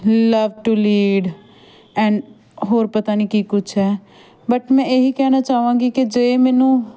love to lead and ਹੋਰ ਪਤਾ ਨਹੀਂ ਕੀ ਕੁਛ ਹੈ ਬਟ ਮੈਂ ਇਹੀ ਕਹਿਣਾ ਚਾਹਵਾਂਗੀ ਕਿ ਜੇ ਮੈਨੂੰ